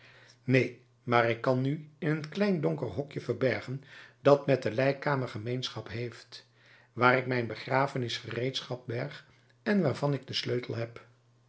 neen maar ik kan u in een klein donker hokje verbergen dat met de lijkkamer gemeenschap heeft waar ik mijn begrafenis gereedschap berg en waarvan ik den sleutel heb